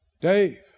Dave